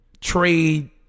trade